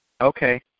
Okay